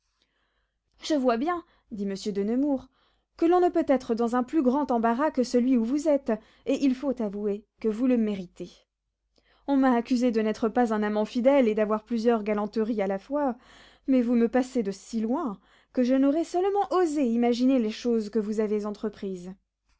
je vois bien dit monsieur de nemours que l'on ne peut être dans un plus grand embarras que celui où vous êtes et il faut avouer que vous le méritez on m'a accusé de n'être pas un amant fidèle et d'avoir plusieurs galanteries à la fois mais vous me passez de si loin que je n'aurais seulement osé imaginer les choses que vous avez entreprises